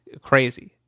crazy